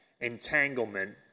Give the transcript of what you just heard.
entanglement